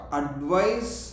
advice